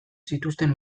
zituzten